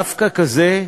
דווקא כזה,